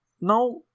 now